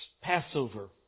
Passover